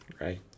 Right